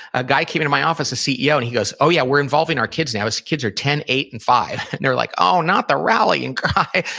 a guy came into my office, a ceo, and he goes, oh yeah, we're involving our kids now. his kids are ten, eight, and five. and they're like, oh, not the rallying cry.